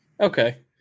Okay